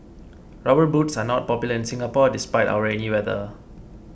rubber boots are not popular in Singapore despite our rainy weather